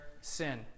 sin